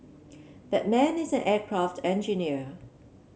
that man is an aircraft engineer